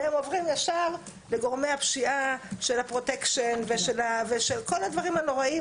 והם עוברים ישר לגורמי הפשיעה של הפרוטקשן ושל כל הדברים הנוראיים,